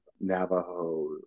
Navajo